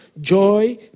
joy